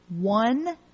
one